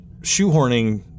shoehorning